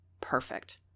Perfect